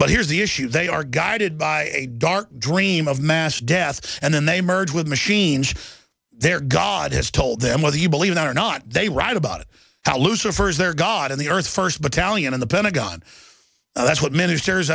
but here's the issue they are guided by a dark dream of mass death and then they merge with machines their god has told them whether you believe it or not they write about how lucifer is their god in the earth first battalion in the pentagon that's what ministers